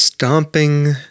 Stomping